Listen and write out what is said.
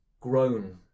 grown